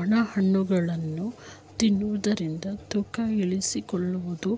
ಒಣ ಹಣ್ಣುಗಳನ್ನು ತಿನ್ನುವುದರಿಂದ ತೂಕ ಇಳಿಸಿಕೊಳ್ಳುವುದು,